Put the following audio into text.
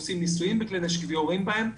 עושים ניסויים בכלי נשק ויורים בהם.